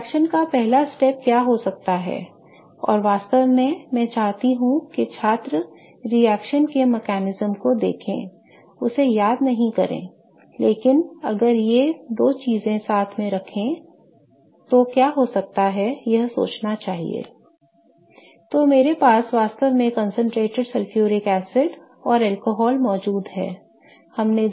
तो रिएक्शन का पहला चरण क्या हो सकता है और वास्तव में मैं चाहता हूं कि छात्र रिएक्शन के तंत्र को देखें उसे याद नहीं करें लेकिन अगर ये दो चीजें साथ में रखे तो क्या हो सकता है यह सोचना चाहिए I तो मेरे पास वास्तव में concentrated सल्फ्यूरिक एसिड और अल्कोहल मौजूद है